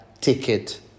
ticket